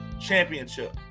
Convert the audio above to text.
championship